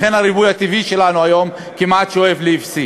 לכן הריבוי הטבעי שלנו היום כמעט שואף לאפס.